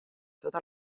tota